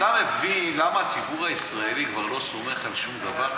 אתה מבין למה הציבור הישראלי כבר לא סומך על שום דבר,